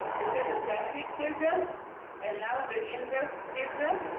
this is a classic teardrop and now the inverse teardrop.